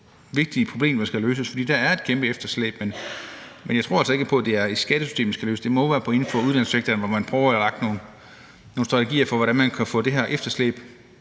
vigtige problemer, der skal løses. For der er et kæmpe efterslæb, men jeg tror altså ikke på, at det er i skattesystemet, det skal løses. Men det må være inden for uddannelsessektoren, hvor man prøver at få lagt nogle strategier for, hvordan man kan få det her efterslæb